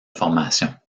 formation